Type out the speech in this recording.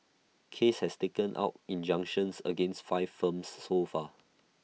case has taken out injunctions against five firms so far